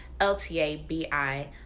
ltabi